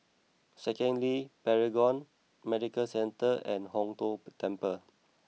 Second Link Paragon Medical Centre and Hong Tho Temple